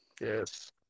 Yes